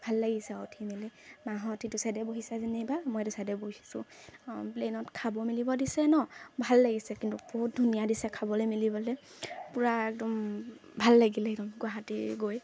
ভাল লাগিছে আৰু উঠি মেলি মাহঁত ইটো চাইডে বহিছে যেনিবা মই এইটো চাইডে বহিছোঁ আ প্লেনত খাব মেলিব দিছে ন' ভাল লাগিছে কিন্তু বহুত ধুনীয়া দিছে খাবলৈ মেলিবলৈ পূৰা একদম ভাল লাগিলে একদম গুৱাহাটী গৈ